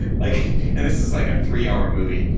and like and this is like a three hour movie.